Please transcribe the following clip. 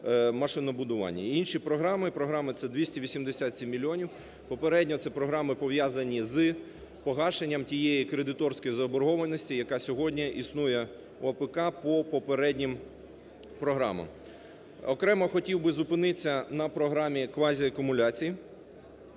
і програми це 287 мільйонів, попередньо це програма пов'язані з погашенням тієї кредиторської заборгованості, яка сьогодні існує у АПК по попереднім програмам. Окремо хотів зупинитися на програмі квазіакумуляції,